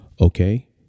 Okay